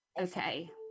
Okay